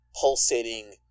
pulsating